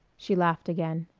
she laughed again.